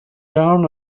down